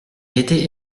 été